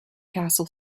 castle